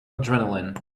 adrenaline